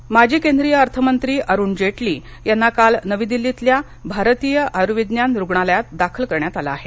जेटली माजी केंद्रीय अर्थमंत्री अरुण जेटली यांना काल नवी दिल्लीतल्या भारतीय आयूर्विज्ञान रुग्णालयात दाखल करण्यात आलं आहे